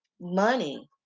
money